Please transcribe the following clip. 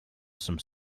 some